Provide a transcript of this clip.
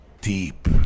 Deep